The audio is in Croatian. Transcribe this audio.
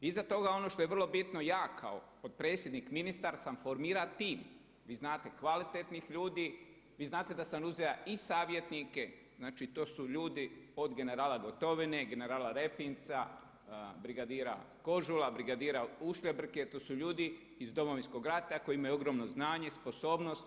Iza toga ono što je vrlo bitno, ja kao potpredsjednik ministar sam formirati tim, vi znate, kvalitetnih ljudi, vi znate da sam uzeo i savjetnike, znači to su ljudi od generala Gotovine, generala REpinca, brigadira Kožula, brigadira Ušljebrke, to su ljudi iz Domovinskog rata koji imaju ogromno znanje, sposobnost.